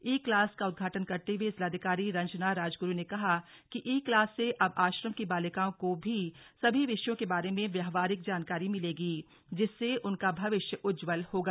ई class का उद्घाटन करते हुए जिलाधिकारी रंजना राजगुरू ने कहा कि ई क्लास से अब आश्रम की बालिकाओं को भी सभी विषयों के बारे में व्यावहारिक जानकारी मिलेगी जिससे उनका भविष्य उज्जवल होगा